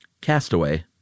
Castaway